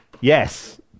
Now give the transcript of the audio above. Yes